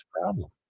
problem